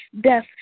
death